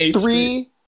three